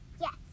Yes